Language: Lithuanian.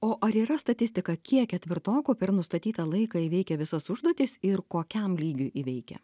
o ar yra statistika kiek ketvirtokų per nustatytą laiką įveikia visas užduotis ir kokiam lygiui įveikia